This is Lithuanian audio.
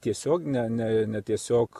tiesiog ne ne ne tiesiog